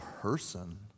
person